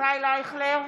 ישראל אייכלר,